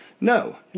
No